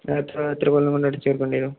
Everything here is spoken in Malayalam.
എത്ര കൊല്ലം കൊണ്ട്ണ്ടടി ചേർക്കണ്ടരരുന്നു